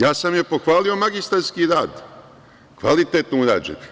Ja sam joj pohvalio magistarski rad, kvalitetno urađen.